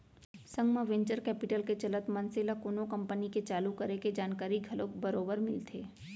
संग म venture capital के चलत मनसे ल कोनो कंपनी के चालू करे के जानकारी घलोक बरोबर मिलथे